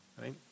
right